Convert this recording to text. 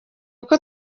uko